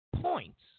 points